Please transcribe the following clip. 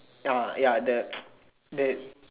ya ya the the